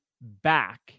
back